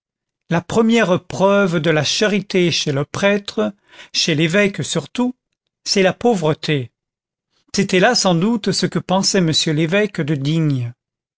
la première preuve de la charité chez le prêtre chez l'évêque surtout c'est la pauvreté c'était là sans doute ce que pensait m l'évêque de digne